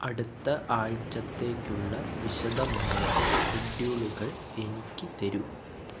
അടുത്ത ആഴ്ചത്തേക്കുള്ള വിശദമായ ഷെഡ്യൂളുകൾ എനിക്ക് തരൂ